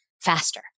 faster